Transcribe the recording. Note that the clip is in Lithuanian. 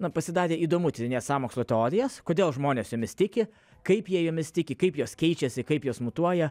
na pasidarė įdomu tyrinėt sąmokslo teorijas kodėl žmonės jomis tiki kaip jie jomis tiki kaip jos keičiasi kaip jos mutuoja